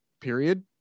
period